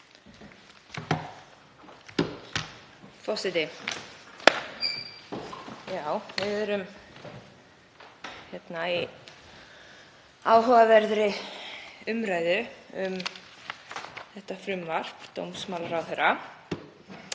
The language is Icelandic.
Forseti. Við erum í áhugaverðri umræðu um þetta frumvarp dómsmálaráðherra